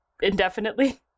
indefinitely